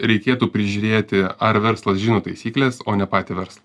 reikėtų prižiūrėti ar verslas žino taisykles o ne patį verslą